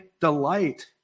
delight